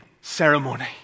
ceremony